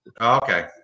Okay